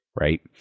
right